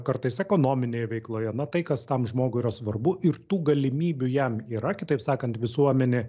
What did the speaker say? kartais ekonominėje veikloje na tai kas tam žmogui svarbu ir tų galimybių jam yra kitaip sakant visuomenė